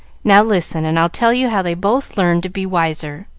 now listen, and i'll tell you how they both learned to be wiser.